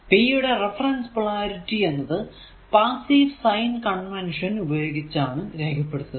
P യുടെ reference polarity എന്നത് passive sign convention ഉപയോഗിച്ചാണ് രേഖപ്പെടുത്തുക